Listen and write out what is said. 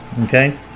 okay